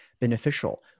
beneficial